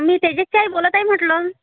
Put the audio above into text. मी तेजसची आई बोलत आहे म्हटलं